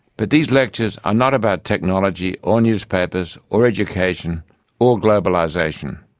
but these lectures are not about technology or newspapers or education or globalisation.